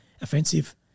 offensive